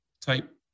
type